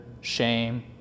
shame